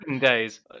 days